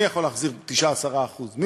מי יכול להחזיר 9%, 10%?